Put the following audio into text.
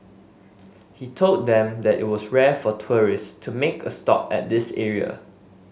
he told them that it was rare for tourists to make a stop at this area